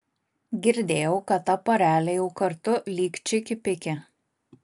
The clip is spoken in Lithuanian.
girdėjau kad ta porelė jau kartu lyg čiki piki